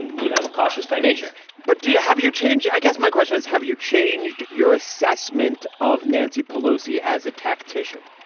you know, cautious by nature but you have you change. i guess my question is, have you changed your assessment of nancy pelosi as a tactician?